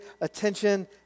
attention